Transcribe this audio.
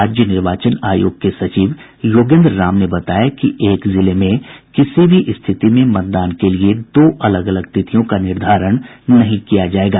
राज्य निर्वाचन आयोग के सचिव योगेन्द्र राम ने बताया कि एक जिले में किसी भी स्थिति में मतदान के लिए दो अलग अलग तिथियों का निर्धारण नहीं किया जायेगा